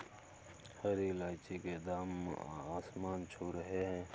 हरी इलायची के दाम आसमान छू रहे हैं